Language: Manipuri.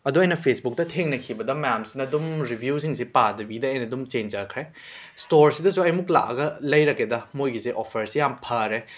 ꯑꯗꯣ ꯑꯩꯅ ꯐꯦꯁꯕꯨꯛꯇ ꯊꯦꯡꯅꯈꯤꯕꯗ ꯃꯌꯥꯝꯁꯤꯅ ꯑꯗꯨꯝ ꯔꯤꯕ꯭ꯌꯨꯁꯤꯡꯁꯤ ꯄꯥꯗꯕꯤꯗ ꯑꯩꯅ ꯑꯗꯨꯝ ꯆꯦꯟꯖꯈ꯭ꯔꯦ ꯁ꯭ꯇꯣꯔꯁꯤꯗꯁꯨ ꯑꯩ ꯑꯃꯨꯛ ꯂꯥꯛꯑꯒ ꯂꯩꯔꯒꯦꯗ ꯃꯣꯏꯒꯤꯁꯦ ꯑꯣꯐꯔꯁꯤ ꯌꯥꯝ ꯐꯔꯦ